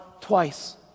twice